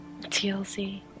TLC